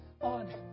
on